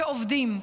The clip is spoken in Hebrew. שעובדים,